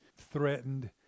threatened